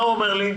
מה הוא אומר לי?